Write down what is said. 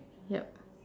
yup